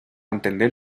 entender